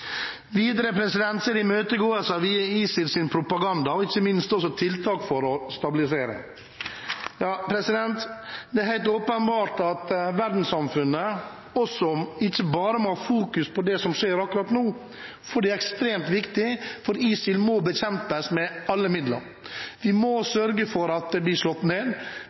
Videre må man imøtegå ISILs propaganda og innføre tiltak for å stabilisere. Det er helt åpenbart at verdenssamfunnet ikke bare må fokusere på det som skjer akkurat nå, for det er ekstremt viktig at ISIL bekjempes med alle midler. Vi må sørge for at ISIL blir slått ned.